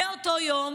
מאותו יום